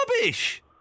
rubbish